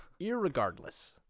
Irregardless